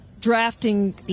drafting